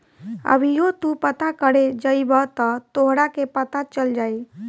अभीओ तू पता करे जइब त तोहरा के पता चल जाई